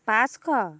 পাঁচশ